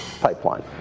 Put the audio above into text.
pipeline